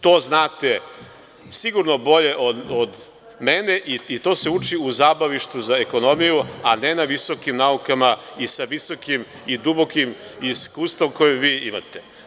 To znate sigurno bolje od mene i to se uči u zabavištu za ekonomiju, a ne na visokim naukama i sa visokim i dubokim iskustvom koje vi imate.